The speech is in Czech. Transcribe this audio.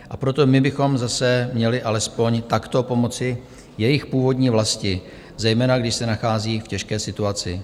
A proto my bychom zase měli alespoň takto pomoci jejich původní vlasti, zejména když se nachází v těžké situaci.